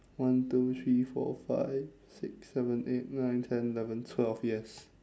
one two three four five six seven eight nine ten eleven twelve yes